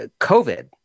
COVID